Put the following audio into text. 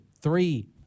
three